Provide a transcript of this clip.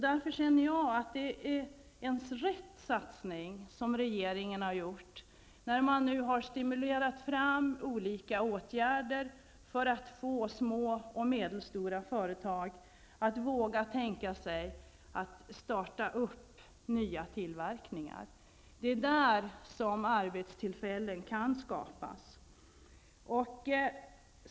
Därför känner jag att det är en riktig satsning som regeringen har gjort när den har vidtagit olika åtgärder för att stimulera små och medelstora företag att våga starta ny tillverkning. Det är där som arbetstillfällen kan skapas.